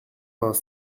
vingt